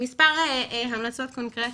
מספר המלצות קונקרטיות,